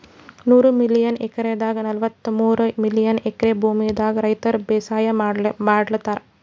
ನೂರ್ million ಎಕ್ರೆದಾಗ್ ನಲ್ವತ್ತಮೂರ್ million acre ಭೂಮಿದಾಗ್ ರೈತರ್ ಬೇಸಾಯ್ ಮಾಡ್ಲತಾರ್